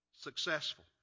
successful